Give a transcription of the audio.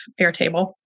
Airtable